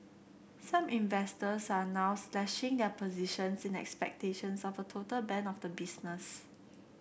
some investors are now slashing their positions in expectations of a total ban of the business